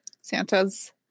Santa's